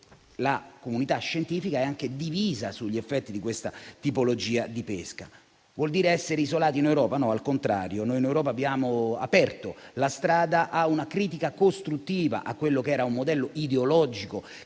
La comunità scientifica, peraltro, è divisa sugli effetti di questa tipologia di pesca. Ciò vuol dire essere isolati in Europa? No, al contrario, in Europa abbiamo aperto la strada a una critica costruttiva nei riguardi di quello che era un modello ideologico